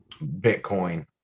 bitcoin